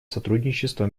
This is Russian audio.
сотрудничество